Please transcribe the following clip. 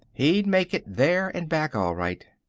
he'd make it there and back, all right.